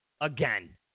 again